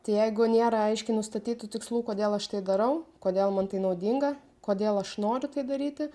tai jeigu nėra aiškiai nustatytų tikslų kodėl aš tai darau kodėl man tai naudinga kodėl aš noriu tai daryti